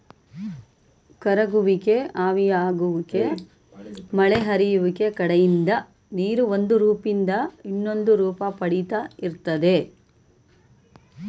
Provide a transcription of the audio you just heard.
ಕರಗುವಿಕೆ ಆವಿಯಾಗುವಿಕೆ ಮಳೆ ಹರಿಯುವಿಕೆ ಕಡೆಯಿಂದ ನೀರು ಒಂದುರೂಪ್ದಿಂದ ಇನ್ನೊಂದುರೂಪ ಪಡಿತಾ ಇರ್ತದೆ